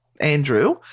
Andrew